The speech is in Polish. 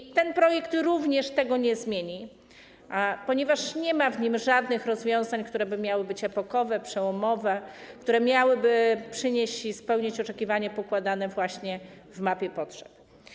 I ten projekt również tego nie zmieni, ponieważ nie ma w nim żadnych rozwiązań, które by miały być epokowe, przełomowe, które miałyby spełnić oczekiwania pokładane właśnie w mapie potrzeb.